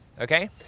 Okay